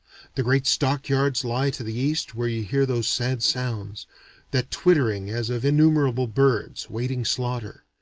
the great stock-yards lie to the east where you hear those sad sounds that twittering as of innumerable birds, waiting slaughter.